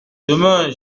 demain